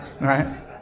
Right